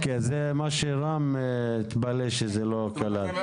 לכן חבר הכנסת רם בן ברק התפלא שזה לא כולל יערות.